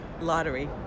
lottery